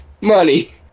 money